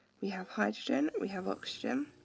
we have hydrogen, we have oxygen,